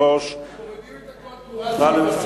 אפשר להוריד.